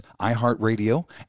iHeartRadio